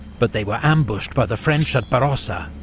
but they were ambushed by the french at barossa.